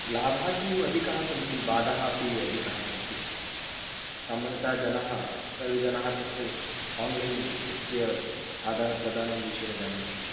लाभाः तु अधिकाः सन्ति बाधः अपि अधिकाः सन्ति सामान्यतः जनाः सर्वे जनाः तस्य आन्लैन् इत्यस्य आदानप्रदानं विषये न जानन्ति